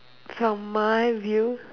from my view